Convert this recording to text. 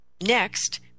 Next